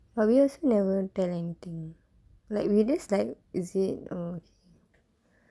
but we also never tell anything like we just like is it oh